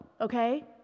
okay